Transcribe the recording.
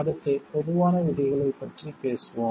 அடுத்து பொதுவான விதிகளைப் பற்றி பேசுவோம்